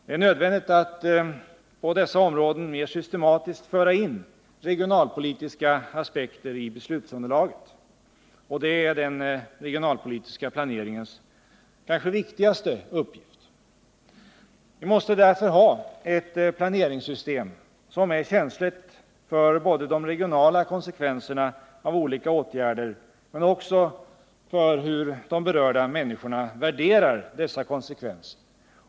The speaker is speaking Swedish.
Det är nödvändigt att på dessa områden mer systematiskt föra in regionalpolitiska aspekter i beslutsunderlaget. Det är den regionalpolitiska planeringens kanske viktigaste uppgift. Vi måste därför ha ett planeringssystem som är känsligt för de regionala konsekvenserna av olika åtgärder, men också för hur de berörda människorna värderar dessa konsekvenser.